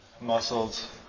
muscles